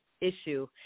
issue